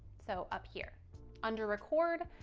so up here under record,